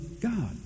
God